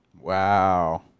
Wow